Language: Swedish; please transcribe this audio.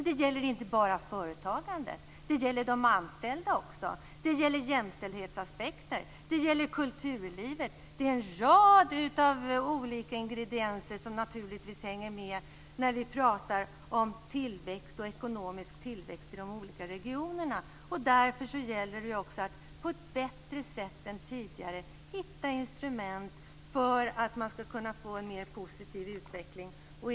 Det gäller inte bara företagandet utan också de anställda, jämställdhetsaspekterna och kulturlivet. En rad olika ingredienser hänger naturligtvis med när vi pratar om tillväxt, även ekonomisk tillväxt, i de olika regionerna. Därför gäller det också att på ett bättre sätt än tidigare hitta instrument för att kunna få en mera positiv utveckling.